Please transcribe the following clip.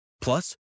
Plus